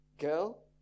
Girl